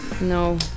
No